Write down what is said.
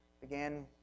began